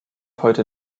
heute